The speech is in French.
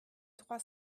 trois